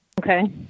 Okay